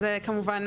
אז כמובן,